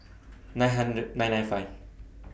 nine hundred nine nine five